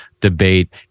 debate